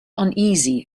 uneasy